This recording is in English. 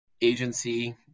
agency